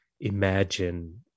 imagine